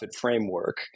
framework